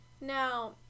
Now